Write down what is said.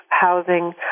housing